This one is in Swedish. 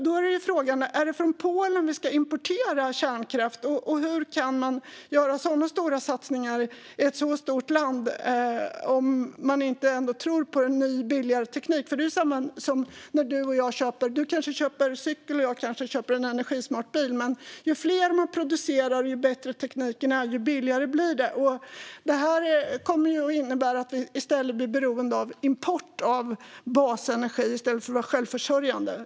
Då är frågan: Är det från Polen vi ska importera kärnkraft? Hur kan man göra sådana stora satsningar i ett så stort land om man inte tror på ny billigare teknik? Det är samma som när Lorentz Tovatt och jag köper fortskaffningsmedel. Han kanske köper en cykel, och jag kanske köper en energismart bil. Men ju fler man producerar och ju bättre tekniken är, desto billigare blir det. Det här kommer att innebära att vi blir beroende av import av basenergi i stället för att vara självförsörjande.